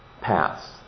paths